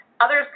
Others